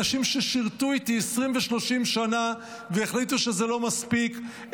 אנשים ששירתו איתי 20 ו-30 שנה והחליטו שזה לא מספיק,